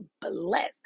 bless